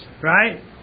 right